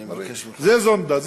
זה זונדה.